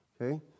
Okay